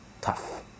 tough